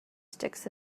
sticks